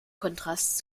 kontrast